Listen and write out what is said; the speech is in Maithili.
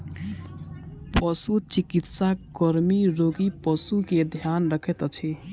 पशुचिकित्सा कर्मी रोगी पशु के ध्यान रखैत अछि